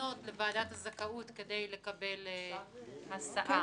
לפנות לוועדת הזכאות כדי לקבל הסעה?